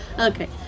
Okay